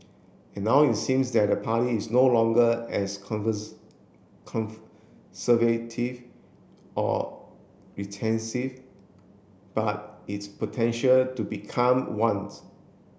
and now it seems that the party is no longer as conservative or but its potential to become one